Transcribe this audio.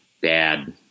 bad